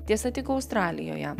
tiesa tik australijoje